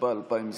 התשפ"א 2021,